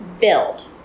build